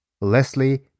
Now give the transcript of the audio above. Leslie